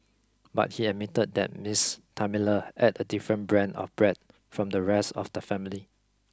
but he admitted that Miss Thelma ate a different brand of bread from the rest of the family